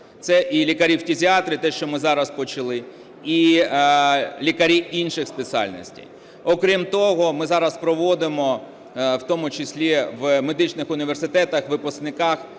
Це і лікарі фтизіатри, те що ми зараз почали, і лікарі інших спеціальностей. Окрім того, ми зараз проводимо, в тому числі в медичних університетах, випускники,